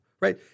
right